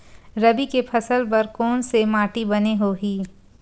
रबी के फसल बर कोन से माटी बने होही?